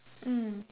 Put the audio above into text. mm